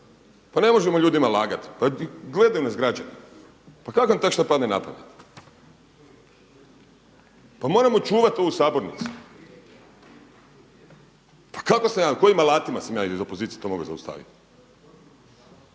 Pa ne možemo ljudima lagati, pa gledaju nas građani, pa kak' vam tak' šta padne na pamet? Pa moramo čuvat ovu sabornicu. Pa kako? Kojim alatima sam ja iz opozicije to mogao zaustaviti?